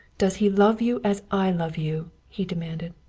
does he love you as i love you? he demanded.